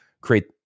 create